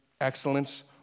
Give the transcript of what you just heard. excellence